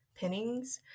pinnings